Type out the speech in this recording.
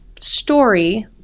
story